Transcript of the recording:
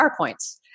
PowerPoints